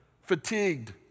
fatigued